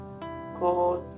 God